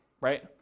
right